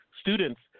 students